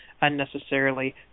unnecessarily